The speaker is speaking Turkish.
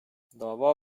dava